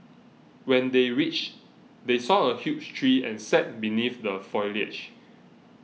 when they reached they saw a huge tree and sat beneath the foliage